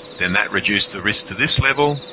then that reduces the risk to this level,